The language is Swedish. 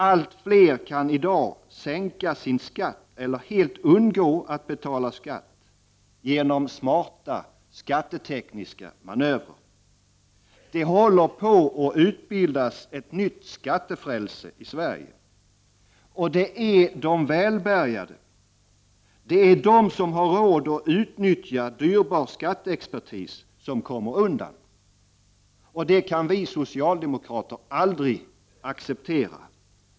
Allt fler kan i dag sänka sin skatt eller helt undgå att betala skatt genom smarta skattetekniska manövrer. Det håller på att utbildas ett nytt skattefrälse i Sverige. Och det är de välbärgade, de som har råd att utnyttja dyrbar skatteexpertis, som kommer undan. Det kan vi socialdemokrater aldrig acceptera.